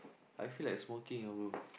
I feel like smoking ah bro